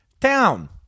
town